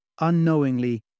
unknowingly